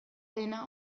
dena